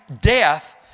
death